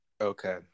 Okay